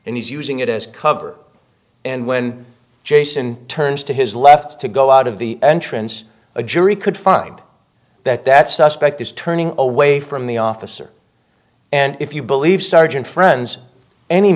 and he's using it as cover and when jason turns to his left to go out of the entrance a jury could find that that suspect is turning away from the officer and if you believe sergeant friends any